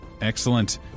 Excellent